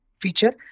feature